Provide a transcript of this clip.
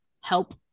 help